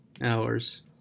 hours